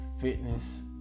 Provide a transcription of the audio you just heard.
fitness